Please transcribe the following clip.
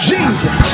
Jesus